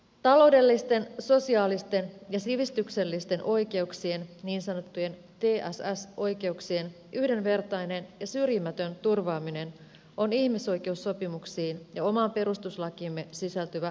taloudellisten sosiaalisten ja sivistyksellisten oikeuksien niin sanottujen tss oikeuksien yhdenvertainen ja syrjimätön turvaaminen on ihmisoikeussopimuksiin ja omaan perustuslakiimme sisältyvä ehdoton velvoite